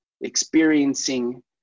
experiencing